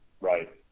right